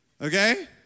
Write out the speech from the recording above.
okay